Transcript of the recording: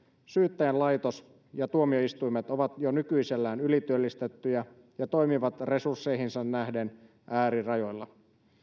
syyttäjälaitos ja tuomioistuimet ovat jo nykyisellään ylityöllistettyjä ja toimivat resursseihinsa nähden äärirajoilla